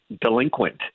delinquent